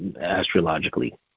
astrologically